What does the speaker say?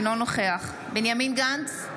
אינו נוכח בנימין גנץ,